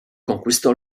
conquistò